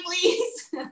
please